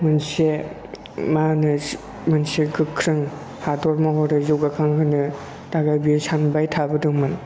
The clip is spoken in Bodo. मोनसे मा होनो मोनसे गोख्रों हादर महरै जौगाखांहोनो थाखाय बियो सानबाय थाबोदोंमोन